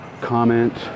comment